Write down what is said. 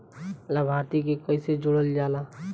लभार्थी के कइसे जोड़ल जाला?